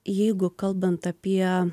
jeigu kalbant apie